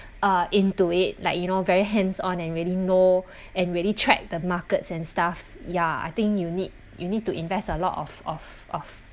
uh into it like you know very hands on and really know and really track the markets and stuff ya I think you need you need to invest a lot of of of